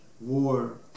war